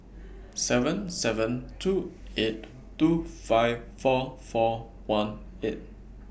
seven seven two eight two five four four one eight